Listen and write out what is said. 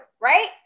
Right